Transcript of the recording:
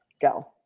Go